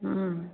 हूँ